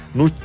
no